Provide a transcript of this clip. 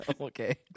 Okay